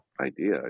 idea